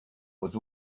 was